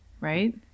right